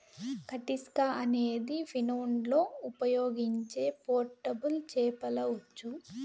కటిస్కా అనేది ఫిన్లాండ్లో ఉపయోగించే పోర్టబుల్ చేపల ఉచ్చు